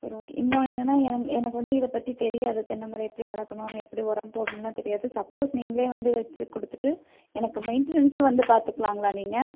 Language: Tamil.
சரி ஓகே இன்னொன்னு என்னென்னா எனக்கு வந்து இதை பற்றி தெரியாது தென்னைமரம் எப்படி வளர்க்கணும் எப்படி உரம் போடணும்லாம் தெரியாது சப்போஸ் நீங்கள் வந்து வெச்சி கொடுத்துட்டு எனக்கு மெயின்ட்டனன்ஸும் வந்து பாத்துக்கலாங்களா நீங்கள்